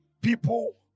people